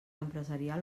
empresarial